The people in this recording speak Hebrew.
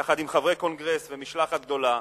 יחד עם חברי קונגרס ומשלחת גדולה.